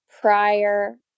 prior